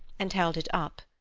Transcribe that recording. and held it up,